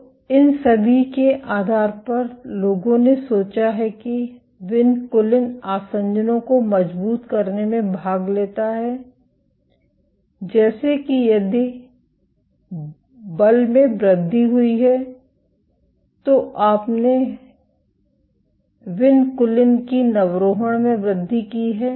तो इन सभी के आधार पर लोगों ने सोचा है कि विनकुलिन आसंजनों को मजबूत करने में भाग लेता है जैसे कि यदि बल में वृद्धि हुई है तो आपने विनकुलिन की नवरोहण में वृद्धि की है